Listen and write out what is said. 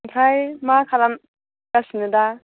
आमफ्राइ मा खालागासिनो दा